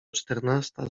czternasta